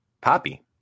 poppy